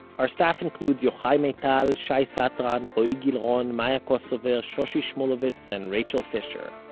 our staff includes yochai maital, shai satran, roee gilron, maya kosover, shoshi shmuluvitz and rachel fisher.